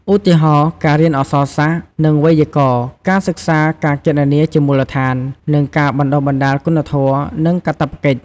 ឧទាហរណ៍ ការរៀនអក្សរសាស្ត្រ និងវេយ្យាករណ៍ ការសិក្សាការគណនាជាមូលដ្ឋាន និងការបណ្ដុះបណ្ដាលគុណធម៌ និងកាតព្វកិច្ច។